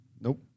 Nope